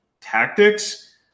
tactics